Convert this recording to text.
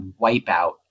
wipeout